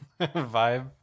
vibe